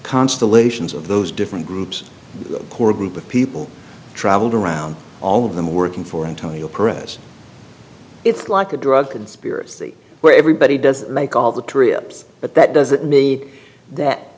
constellations of those different groups the core group of people traveled around all of them working for antonio pres it's like a drug conspiracy where everybody does make all the tria but that doesn't mean that